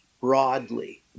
broadly